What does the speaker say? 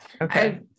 Okay